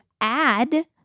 add